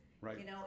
Right